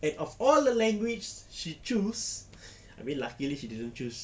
and of all the language she choose abeh luckily she didn't choose